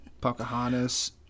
Pocahontas